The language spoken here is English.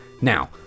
Now